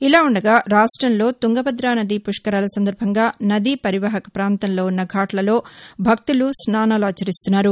ఇలాఉండగా రాష్టంలో తుంగభద్ర నదీ పుష్కరాల సందర్బంగా నదీ పరివాహక పాంతంలో ఉన్న ఘాట్లలో భక్తులు స్నానాలాచరిస్తున్నారు